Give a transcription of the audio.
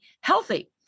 healthy